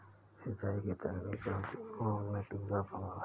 सिंचाई की तकनीकी चुनौतियों में डीजल प्रमुख है